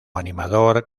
animador